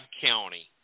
County